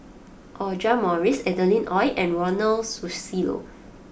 Audra Morrice Adeline Ooi and Ronald Susilo